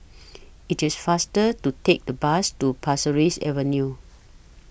IT IS faster to Take The Bus to Pasir Ris Avenue